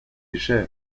cher